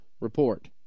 report